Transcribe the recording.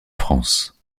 france